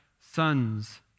sons